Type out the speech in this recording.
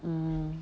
mm